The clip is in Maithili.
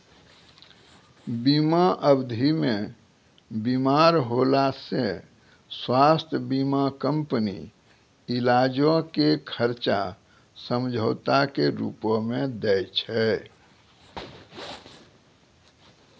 बीमा अवधि मे बीमार होला से स्वास्थ्य बीमा कंपनी इलाजो के खर्चा समझौता के रूपो मे दै छै